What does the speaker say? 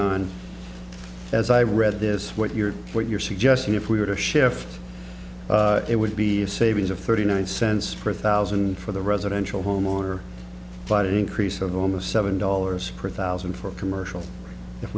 on as i read this what you're what you're suggesting if we were to shift it would be a savings of thirty nine cents per thousand for the residential home or flight increase of almost seven dollars per thousand for commercial if